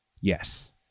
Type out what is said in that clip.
Yes